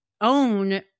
own